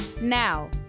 Now